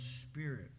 spirit